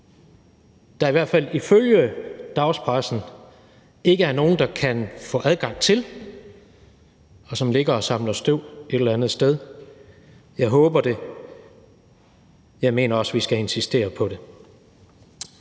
der i hvert fald ifølge dagspressen ikke er nogen der kan få adgang til, og som ligger og samler støv et eller andet sted. Jeg håber det, og jeg mener også, at vi skal insistere på det.